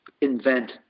invent